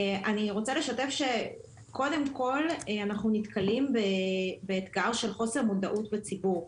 אני רוצה לשתף שקודם כול אנחנו נתקלים באתגר של חוסר מודעות בציבור.